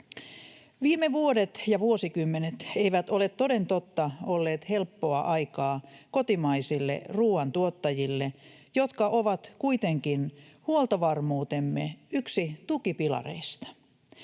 Viime vuodet ja vuosikymmenet eivät ole, toden totta, olleet helppoa aikaa kotimaisille ruuantuottajille, jotka ovat kuitenkin huoltovarmuutemme yksi tukipilareista.